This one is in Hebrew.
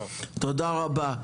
תודה רבה.